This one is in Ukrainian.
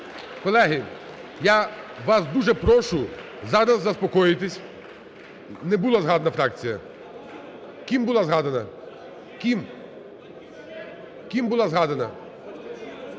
Колеги, я вас дуже прошу зараз заспокоїтись… Не була згадана фракція. Ким була згадана? Ким? Ким була згадана?